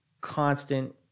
constant